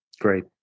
Great